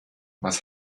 was